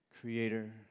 creator